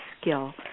skill